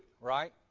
right